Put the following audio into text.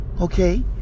Okay